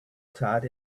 tired